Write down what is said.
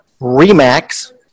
Remax